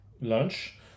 lunch